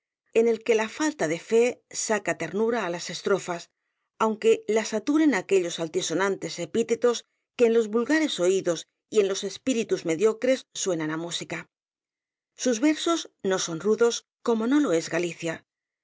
en el que la falta de fe saca ternura á las estrofas aunque las saturen aquellos altisonantes epítetos que en los vulgares oídos y en los espíritus mediocres suenan á música sus versos no son rudos como no lo es galicia